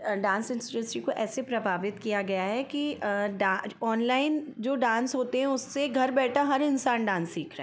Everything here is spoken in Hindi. डांस इंस्टीट्यूट को ऐसे प्रभावित किया गया है कि डांस ऑनलाइन जो डांस होते हैं उससे घर बैठा हर इन्सान डांस सीख रहा है